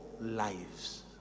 lives